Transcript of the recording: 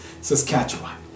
Saskatchewan